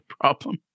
problem